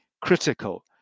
critical